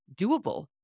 doable